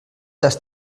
dass